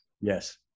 yes